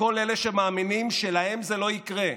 לכל אלה שמאמינים שלהם זה לא יקרה.